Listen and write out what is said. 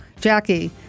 Jackie